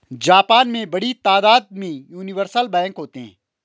Japan में बड़ी तादाद में यूनिवर्सल बैंक होते हैं